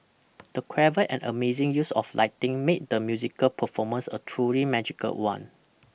the clever and amazing use of lighting made the musical performance a truly magical one